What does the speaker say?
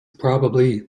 probably